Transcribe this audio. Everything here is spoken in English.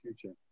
future